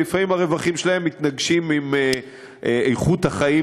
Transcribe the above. ולפעמים הרווחים שלהם מתנגשים עם איכות החיים